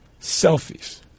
selfies